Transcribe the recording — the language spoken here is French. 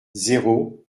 zéro